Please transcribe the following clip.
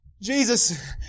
Jesus